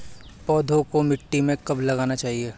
पौधों को मिट्टी में कब लगाना चाहिए?